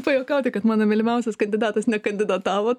pajuokauti kad mano mylimiausias kandidatas nekandidatavo